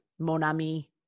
monami